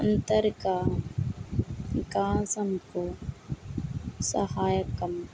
అంతరిక వికాసంకు సహాయకం